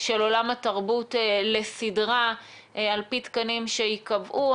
של עולם התרבות לסדרה על פי תקנים שייקבעו.